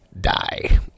Die